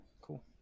Cool